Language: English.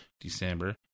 December